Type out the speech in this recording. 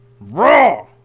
Raw